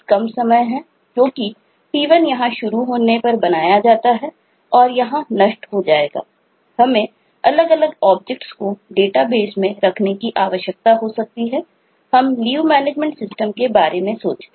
क्योंकि हर समय ऑब्जेक्ट के बारे में सोचते हैं